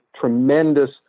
tremendous